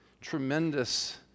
tremendous